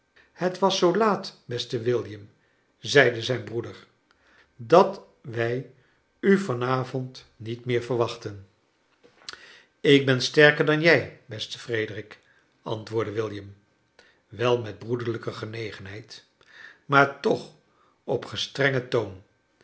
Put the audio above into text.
het was zoo laat beste william zeide zijn broeder dat wij u van avond niet meer verwachtten ik ben sterker dan jij beste frederik antwoordde willam wel met broederlijke genegenheid maar toch op gestrengen toon